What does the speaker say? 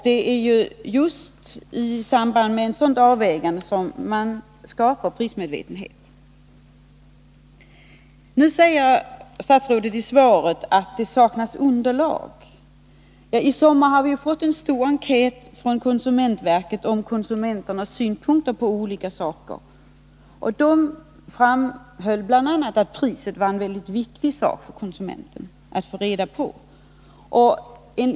Det är just i samband med sådana avvägningar som prismedvetenhet Nu säger statsrådet i sitt svar att det saknas underlag. I sommar har konsumentverket presenterat en stor enkät om konsumenternas synpunkter på olika förhållanden. Av den framgår bl.a. att konsumenterna anser att det är mycket viktigt att få reda på priset.